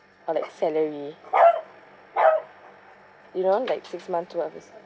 or like salary you know like six month to have this